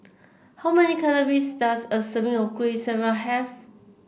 how many calories does a serving of Kueh Syara have